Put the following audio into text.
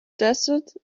desert